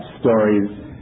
stories